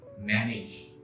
manage